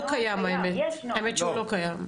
האמת שהוא לא קיים.